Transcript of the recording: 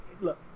look